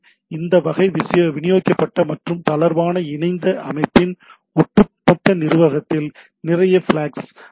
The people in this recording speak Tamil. இந்த வகை விநியோகிக்கப்பட்ட மற்றும் தளர்வான இணைந்த அமைப்பின் ஒட்டுமொத்த நிர்வாகத்தில் நிறைய பிளாக்ஸ் இருக்க வேண்டும்